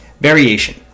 variation